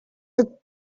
the